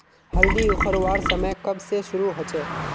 हल्दी उखरवार समय कब से शुरू होचए?